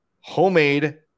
homemade